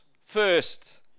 First